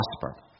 prosper